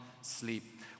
sleep